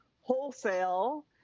wholesale